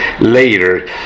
later